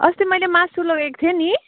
अस्ति मैले मासु लोगेको थिएँ नि